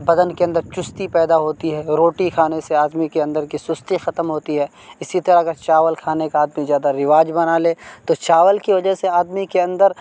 بدن کے اندر چستی پیدا ہوتی ہے روٹی کھانے سے آدمی کے اندر کی سستی ختم ہوتی ہے اسی طرح اگر چاول کھانے کا آدمی جادہ رواج بنا لے تو چال کی وجہ سے آدمی کے اندر